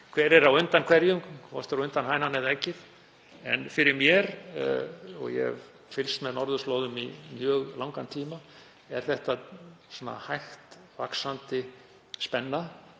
hverjir eru á undan hverjum? Hvort kemur á undan, hænan eða eggið? Fyrir mér, og ég hef fylgst með norðurslóðum í mjög langan tíma, er þetta hægt vaxandi spenna